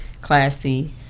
classy